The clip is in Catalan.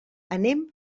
anem